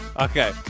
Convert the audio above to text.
okay